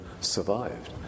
survived